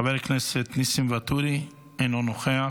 חבר הכנסת ניסים ואטורי, אינו נוכח,